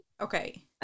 Okay